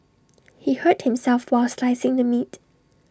he hurt himself while slicing the meat